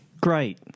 Great